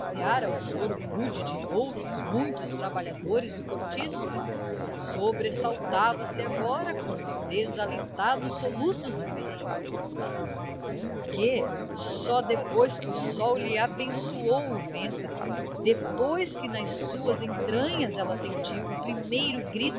o choro rude de outros muitos trabalhadores do cortiço sobressaltava se agora com os desalentados soluços do ferreiro porque só depois que o sol lhe abençoou o ventre depois que nas suas entranhas ela sentiu o primeiro grito